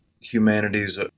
humanity's